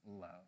love